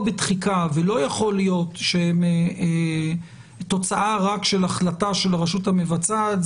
בתחיקה ולא יכול להיות שהן תוצאה רק של החלטה של הרשות המבצעת,